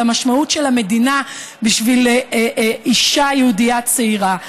על המשמעות של המדינה בשביל אישה יהודייה צעירה.